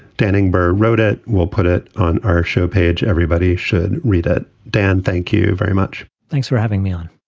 danning berg wrote it. we'll put it on our show page everybody should read it. dan, thank you very much. thanks for having me on